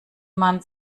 man